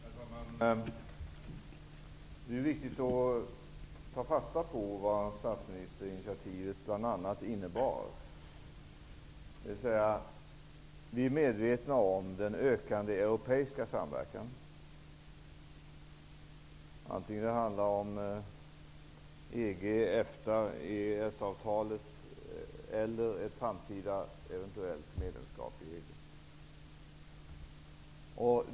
Herr talman! Det är viktigt att ta fasta på att statsministerinitiativet bl.a. innefattar att vi är medvetna om det ökande europeiska samarbetet, oavsett om det handlar om EFTA, EES-avtalet eller ett framtida eventuellt medlemskap i EG.